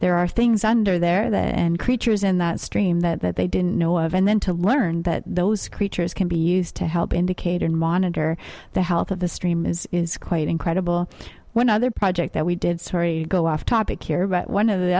there are things under there that and creatures in that stream that they didn't know of and then to learn that those creatures can be used to help indicator and monitor the health of the stream is is quite incredible when other project that we did sorry go off topic here but one of the